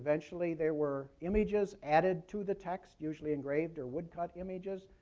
eventually, there were images added to the text, usually engraved or woodcut images.